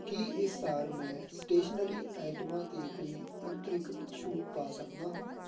ਕੀ ਇਸ ਸਾਲ ਮੈਂ ਸਟੇਸ਼ਨਰੀ ਆਈਟਮਾਂ 'ਤੇ ਕੋਈ ਅੰਤਰਿਕਤ ਛੂਟ ਪਾ ਸਕਦਾ ਹਾਂ